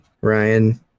Ryan